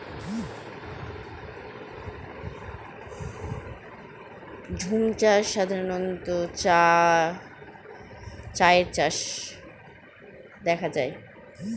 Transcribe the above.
যে কৃষিকাজ প্রধানত পাহাড়ি এলাকা গুলোতে করা হয়